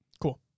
Cool